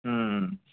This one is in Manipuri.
ꯎꯝ